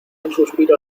suspiro